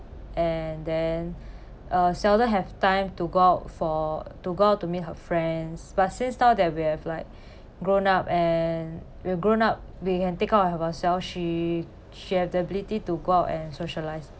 and then uh seldom have time to go out for to go out to meet her friends but since now that we have like grown up and we've grown up we can take care of ourselves she she have the ability to go out and socialise